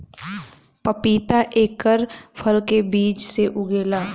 पपीता एकर फल के बीज से उगेला